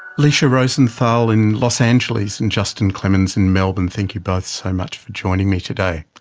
lecia rosenthal in los angeles and justin clemens in melbourne, thank you both so much for joining me today.